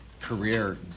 career